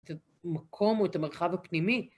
את המקום או המרחב הפנימי.